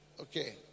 Okay